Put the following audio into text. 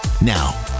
Now